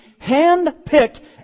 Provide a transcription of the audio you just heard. handpicked